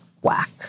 whack